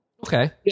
Okay